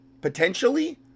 potentially